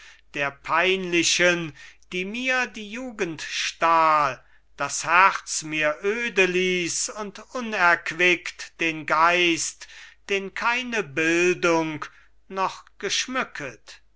der peinlichen die mir die jugend stahl das herz mir öde ließ und unerquickt den geist den keine bildung noch geschmücket